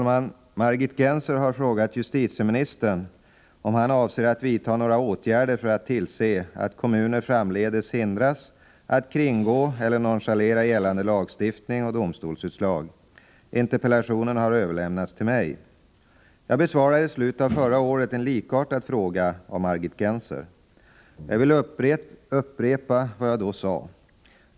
Margit Gennser har frågat justitieministern om han avser att vidta några åtgärder för att tillse att kommuner framdeles hindras att kringgå eller nonchalera gällande lagstiftning och domstolsutslag. Interpellationen har överlämnats till mig. Jag besvarade i slutet av förra året en likartad fråga av Margit Gennser. Jag vill upprepa vad jag då sade.